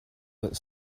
that